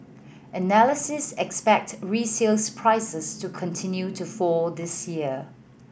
analysts expect resales prices to continue to fall this year